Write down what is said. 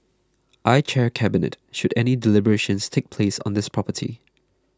I chair Cabinet should any deliberations take place on this property